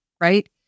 right